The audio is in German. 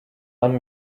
man